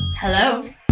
Hello